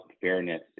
fairness